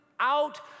out